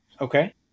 Okay